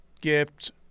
gifts